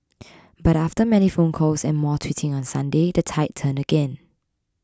but after many phone calls and more tweeting on Sunday the tide turned again